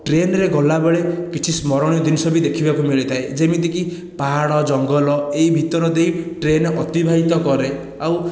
ଟ୍ରେନରେ ଗଲା ବେଳେ କିଛି ସ୍ମରଣୀୟ ଜିନିଷ ବି ଦେଖିବାକୁ ମିଳିଥାଏ ଯେମିତିକି ପାହାଡ଼ ଜଙ୍ଗଲ ଏହି ଭିତର ଦେଇ ଟ୍ରେନ ଅତିବାହିତ କରେ ଆଉ